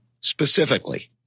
Specifically